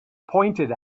pointed